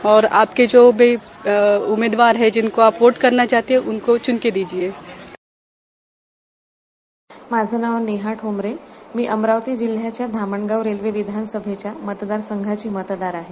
और आपके जो भी उमेदवार है जिन को आप वोट करना चाहते है उनको चून के दिजीये थँक्यू माझ नाव नेहा ठोंबरे मी अमरावती जिल्हाच्या धामणगाव रेल्वे विधानसभेच्या मतदारसंघाची मतदार आहे